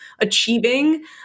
achieving